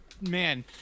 Man